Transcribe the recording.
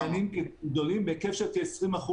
קטנים כגדולים, בהיקף של כ- 20%,